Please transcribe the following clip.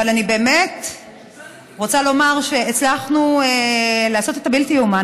אבל אני באמת רוצה לומר שהצלחנו לעשות את הבלתי-ייאמן,